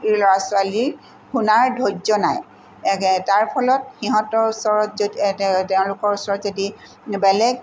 ল'ৰা ছোৱালীৰ শুনাৰ ধৈৰ্য্য নাই তাৰ ফলত সিহঁতৰ ওচৰত য তেওঁলোকৰ ওচৰত যদি বেলেগ